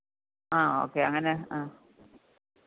ആ ഓക്കെ അങ്ങനെ ആ